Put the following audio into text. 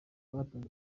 batanze